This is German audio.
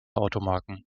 automarken